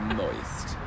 moist